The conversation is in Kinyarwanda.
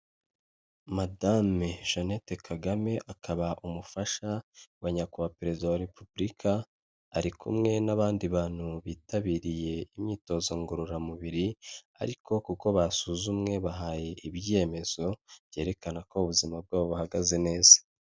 Madame Jeannette Kagame akaba umufasha wa nyakubahwa perezida wa repubulika, ari kumwe n'abandi bantu bitabiriye imyitozo ngororamubiri ariko kuko basuzumwe bahaye ibyemezo byerekana ko ubuzima bwabo buhagaze neza.